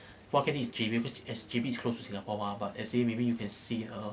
what I think is J_B as J_B is close to singapore mah but let's say maybe you can see a